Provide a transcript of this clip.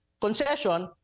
concession